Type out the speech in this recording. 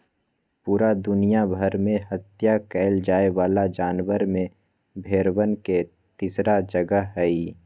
पूरा दुनिया भर में हत्या कइल जाये वाला जानवर में भेंड़वन के तीसरा जगह हई